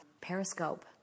Periscope